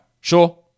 Sure